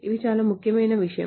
ఇది చాలా ముఖ్యమైన విషయం